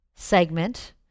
segment